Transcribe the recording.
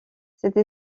cette